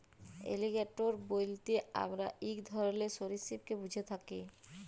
alligator বইলতে আমরা ইক ধরলের সরীসৃপকে ব্যুঝে থ্যাকি